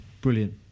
Brilliant